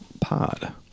Pod